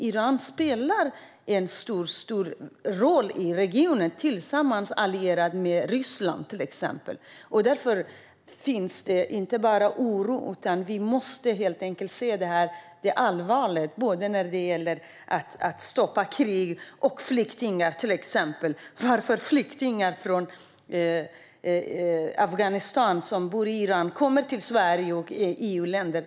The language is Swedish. Iran spelar en stor roll i regionen, bland annat tillsammans med sin allierade Ryssland. Därför räcker det inte med bara oro. Vi måste helt enkelt ta detta på allvar, både när det gäller att stoppa krig och när det gäller flyktingarna. Varför kommer flyktingar från Afghanistan som har bott i Iran till Sverige och andra EU-länder?